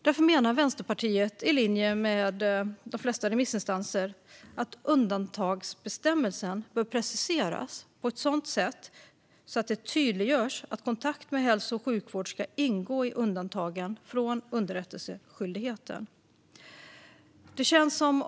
Därför menar Vänsterpartiet i linje med de flesta remissinstanser att undantagsbestämmelsen bör preciseras på ett sådant sätt att det tydliggörs att kontakt med hälso och sjukvården ska ingå i undantagen från underrättelseskyldigheten.